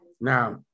Now